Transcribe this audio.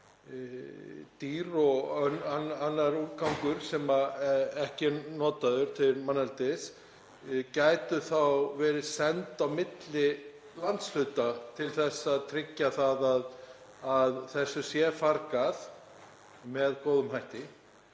dýr og annar úrgangur sem ekki er notaður til manneldis gæti þá verið sendur á milli landshluta til að tryggja það að þessu sé fargað með góðum hætti